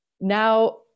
now